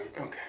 Okay